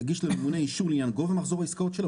יגיש לממונה אישור לעניין גובה מחזור העסקאות שלו,